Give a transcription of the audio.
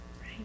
Right